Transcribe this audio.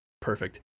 perfect